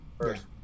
first